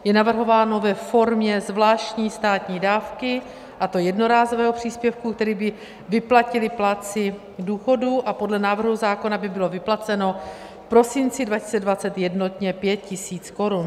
Je navrhováno ve formě zvláštní státní dávky, a to jednorázového příspěvku, který by vyplatili plátci důchodů a podle návrhu zákona by bylo vyplaceno v prosinci 2020 jednotně pět tisíc korun.